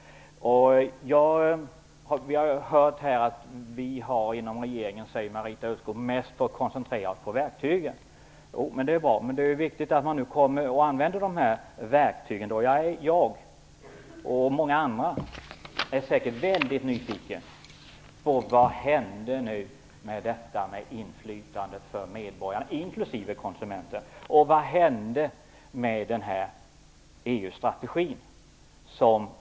Marita Ulvskog säger att man inom regeringen mest har fått koncentrera sig på verktygen. Det är bra, men det är viktigt att man nu använder dessa verktyg. Jag och många andra är väldigt nyfikna på vad som hände med inflytandet för medborgarna, inklusive konsumenterna. Vad hände med EU-strategin?